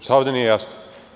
Šta ovde nije jasno?